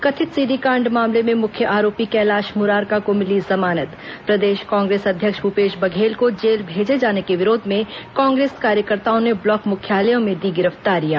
कथित सीडी कांड मामले में मुख्य आरोपी कैलाश मुरारका को मिली जमानत प्रदेश कांग्रेस अध्यक्ष भुपेश बघेल को जेल भेजे जाने के विरोध में कांग्रेस कार्यकर्ताओं ने ब्लॉक मुख्यालयों में दी गिरफ्तारियां